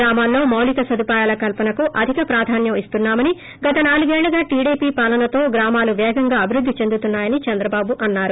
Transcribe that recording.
గ్రామాల్లో మౌలిక సదుపాయాల కల్పనకు అధిక ప్రాధాన్యం ఇస్తున్నామని గత నాలుగేళ్లగా టీడీపీ పాలనతో గ్రామాలు పేగంగా అభివృద్ది చెందుతున్నాయని చంద్రబాబు అన్నారు